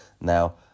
Now